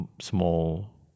small